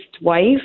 wife